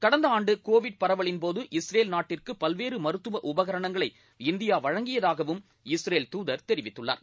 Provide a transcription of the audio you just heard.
கடந்த ஆண்டு கோவிட் பரவலின்போது இஸ்ரேல் நாட்டிற்கு பல்வேறு மருத்துவ உபகரணங்களை இந்தியா வழங்கியதாகவும் இஸ்ரேல் தூதர் தெரிவித்துள்ளார்